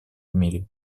мире